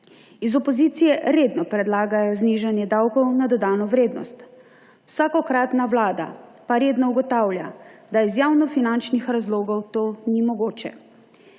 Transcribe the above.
Iz opozicije redno predlagajo znižanje davkov na dodano vrednost, vsakokratna vlada pa redno ugotavlja, da iz javnofinančnih razlogov to ni mogoče.